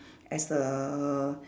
as the